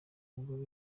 mugore